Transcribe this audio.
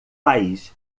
país